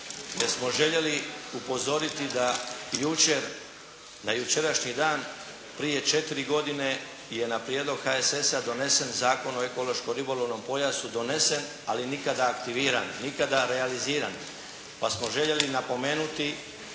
jer smo željeli upozoriti da jučer na jučerašnji dan prije četiri godine je na prijedlog HSS-a donesen Zakon o ekološkom ribolovnom pojasu donesen, ali nikada aktiviran, nikada realiziran. Pa smo željeli napomenuti